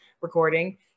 recording